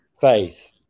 faith